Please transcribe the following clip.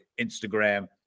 instagram